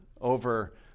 over